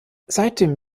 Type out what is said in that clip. seitdem